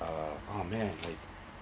uh ah man like